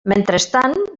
mentrestant